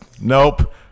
nope